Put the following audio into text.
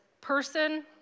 person